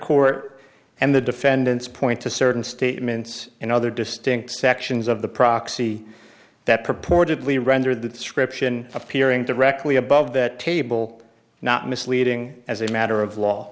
court and the defendants point to certain statements in other distinct sections of the proxy that purportedly rendered the scription appearing directly above that table not misleading as a matter of law